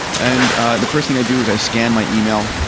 and ah the first thing i do is i scan my email.